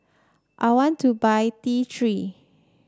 I want to buy T Three